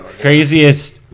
craziest